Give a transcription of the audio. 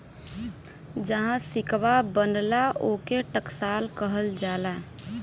जहाँ सिक्कवा बनला, ओके टकसाल कहल जाला